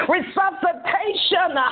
Resuscitation